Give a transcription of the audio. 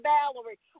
Valerie